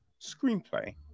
screenplay